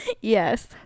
Yes